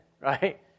right